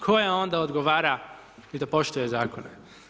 Tko je on da odgovara i da poštuje zakone?